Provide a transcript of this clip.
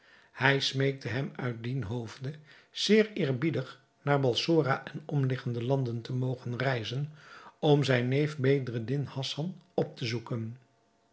hij smeekte hem uit dien hoofde zeer eerbiedig naar balsora en omliggende landen te mogen reizen om zijn neef bedreddin hassan op te zoeken